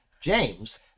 James